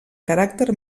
caràcter